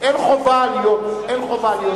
אין חובה להיות במליאה.